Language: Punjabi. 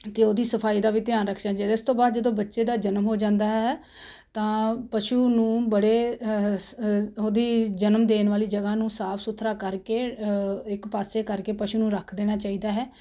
ਅਤੇ ਉਹਦੀ ਸਫਾਈ ਦਾ ਵੀ ਧਿਆਨ ਰੱਖਣਾ ਚਾਹੀਦਾ ਇਸ ਤੋਂ ਬਾਅਦ ਜਦੋਂ ਬੱਚੇ ਦਾ ਜਨਮ ਹੋ ਜਾਂਦਾ ਹੈ ਤਾਂ ਪਸ਼ੂ ਨੂੰ ਬੜੇ ਉਹਦੀ ਜਨਮ ਦੇਣ ਵਾਲੀ ਜਗ੍ਹਾ ਨੂੰ ਸਾਫ ਸੁਥਰਾ ਕਰਕੇ ਇੱਕ ਪਾਸੇ ਕਰਕੇ ਪਸ਼ੂ ਨੂੰ ਰੱਖ ਦੇਣਾ ਚਾਹੀਦਾ ਹੈ